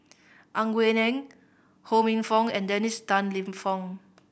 Ang Wei Neng Ho Minfong and Dennis Tan Lip Fong